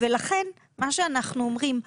לכן מה שאנחנו אומרים,